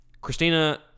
Christina